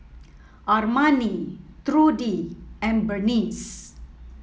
Armani Trudi and Berneice